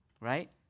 Right